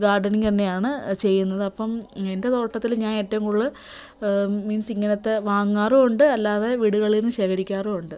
ഗാർഡനിങ്ങന്നെയാണ് ചെയ്യുന്നത് അപ്പം എൻ്റെ തോട്ടത്തില് ഞാൻ ഏറ്റവും കൂടുതല് മീൻസ് ഇങ്ങനത്തെ വാങ്ങാറുണ്ട് അല്ലാതെ വീടുകളിൽ നിന്ന് ശേഖരിക്കാറുവുണ്ട്